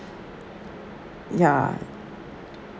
ya